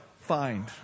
find